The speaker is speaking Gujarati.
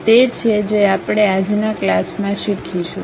આ તે છે જે આપણે આજના ક્લાસમાં શીખીશું